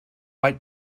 white